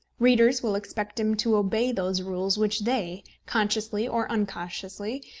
readers will expect him to obey those rules which they, consciously or unconsciously,